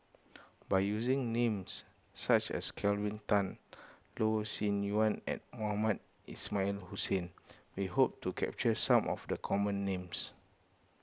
by using names such as Kelvin Tan Loh Sin Yun and Mohamed Ismail Hussain we hope to capture some of the common names